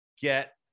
get